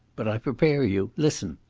but i prepare you. listen!